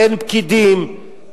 אין פקידים,